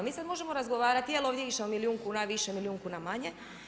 Mi sad možemo razgovarati je li ovdje išao milijun kuna više, milijun kuna manje.